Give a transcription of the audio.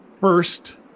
First